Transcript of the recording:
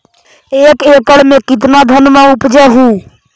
एक एकड़ मे कितना धनमा उपजा हू?